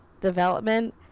development